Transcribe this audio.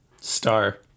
Star